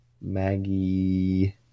Maggie